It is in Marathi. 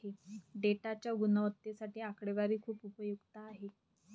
डेटाच्या गुणवत्तेसाठी आकडेवारी खूप उपयुक्त आहे